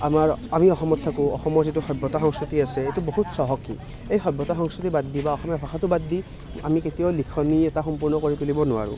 আমাৰ আমি অসমত থাকোঁ অসমৰ যিটো সভ্যতা সংস্কৃতি আছে সেইটো বহুত চহকী এই সভ্যতা সংস্কৃতি বাদ দি বা অসমীয়া ভাষাটো বাদ দি আমি কেতিয়াও লিখনি এটা সম্পূৰ্ণ কৰি তুলিব নোৱাৰোঁ